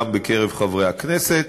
גם חברי הכנסת